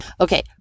Okay